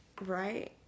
Right